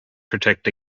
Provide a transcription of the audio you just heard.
protect